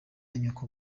nyoko